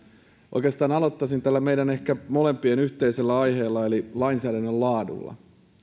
oikeastaan aloittaisin tällä ehkä meidän molempien yhteisellä aiheella eli lainsäädännön laadulla